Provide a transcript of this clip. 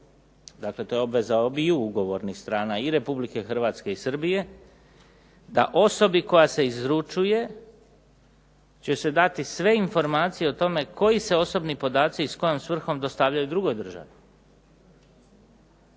dakle to je obveza obiju ugovornih strana i Republike Hrvatske i Srbije da osobi koja se izručuje će se dati sve informacije koji se osobni podaci i s kojom svrhom dostavljaju drugoj državi.